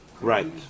Right